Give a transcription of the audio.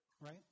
Right